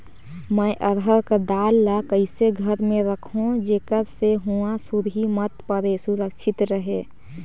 मैं अरहर कर दाल ला कइसे घर मे रखों जेकर से हुंआ सुरही मत परे सुरक्षित रहे?